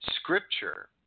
scripture